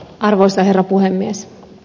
arvoisa herra puhemies